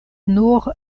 nur